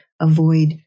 avoid